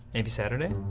maybe saturday?